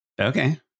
okay